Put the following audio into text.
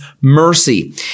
mercy